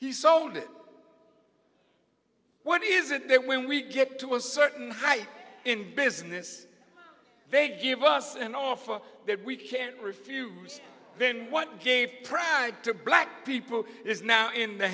he sold it what is it that when we get to a certain height in business they give us an offer they can't refuse then what gave price to black people is now in the